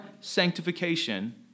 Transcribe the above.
sanctification